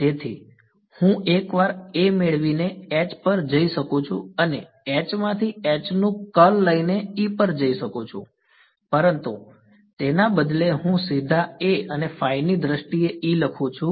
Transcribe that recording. તેથી હું એક વાર A મેળવીને H પર જઈ શકું છું અને H માંથી H નું કર્લ લઈને E પર જઈ શકું છું પરંતુ તેના બદલે હું સીધા A અને ની દ્રષ્ટિએ E લખું છું